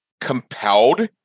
compelled